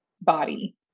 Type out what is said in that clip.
body